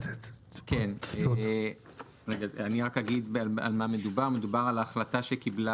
אני אגיד על מה מדובר: מדובר על ההחלטה שקיבלה